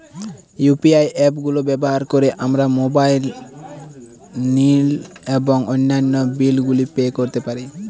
UPI app গুলো ব্যবহার করে আমরা মোবাইল নিল এবং অন্যান্য বিল গুলি পে করতে পারি